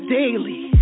daily